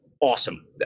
Awesome